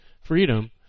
freedom